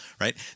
right